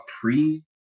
pre